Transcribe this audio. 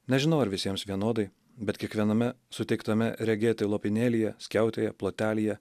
nežinau ar visiems vienodai bet kiekviename suteiktame regėti lopinėlyje skiautėje plotelyje